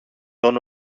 τον